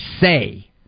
say